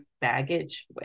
baggage